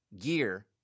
gear